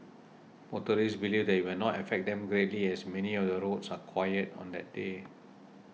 motorists believe it will not affect them greatly as many of the roads are quiet on that day